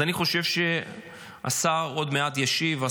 אני חושב שהשר שקלי עוד מעט ישיב.